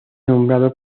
nombrado